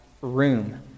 room